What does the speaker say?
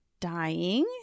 dying